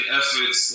efforts